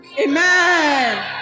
Amen